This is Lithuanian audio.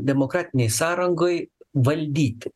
demokratinėj sąrangoj valdyti